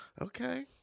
okay